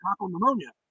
pneumonia